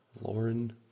Lauren